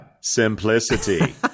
simplicity